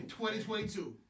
2022